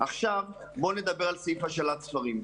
בואו נדבר על סעיף השאלת ספרים.